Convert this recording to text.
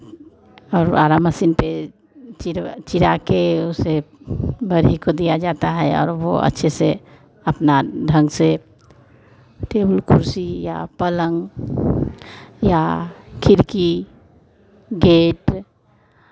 और आरा मशीन पे चिड़वा चिड़ा के उसे बड़ही को दिया जाता है और वो अच्छे से अपना ढंग से टेबुल कुर्सी या पलंग या खिड़की गेट